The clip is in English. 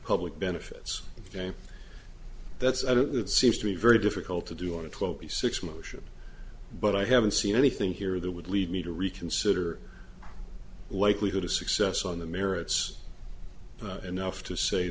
public benefits that's it it seems to be very difficult to do on a twelve b six motion but i haven't seen anything here that would lead me to reconsider likelihood of success on the merits but enough to say